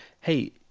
hey